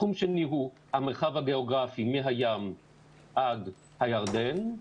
תחום שני - המרחב הגיאוגרפי מהים עד הירדן.